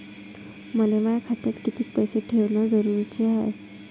मले माया खात्यात कितीक पैसे ठेवण जरुरीच हाय?